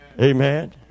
Amen